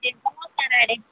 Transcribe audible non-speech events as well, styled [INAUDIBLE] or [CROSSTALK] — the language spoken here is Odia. [UNINTELLIGIBLE] ଆଡ଼େ